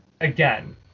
again